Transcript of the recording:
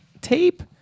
tape